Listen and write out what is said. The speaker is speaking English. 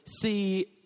See